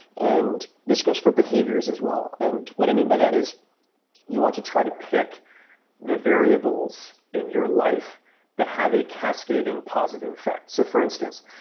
and this goes for behaviors as well. and what i mean by that is you want to try to pick the variables in your life that have a cascading positive effect. so, for instance,